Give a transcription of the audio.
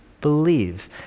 believe